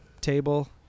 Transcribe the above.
table